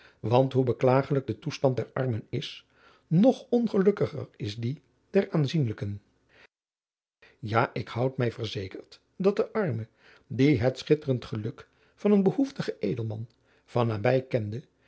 want hoe beklagelijk de toestand der armen is nog ongelukkiger is die der aanzienlijken ja ik houd mij verzekerd dat de arme die het schitterend geluk van een behoeftigen edelman van nabij kende